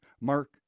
Mark